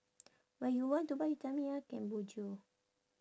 when you want to buy you tell me ah can bo jio